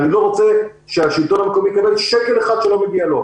אני לא רוצה שהשלטון המקומי יקבל ולו שקל אחד שלא מגיע לו.